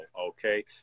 okay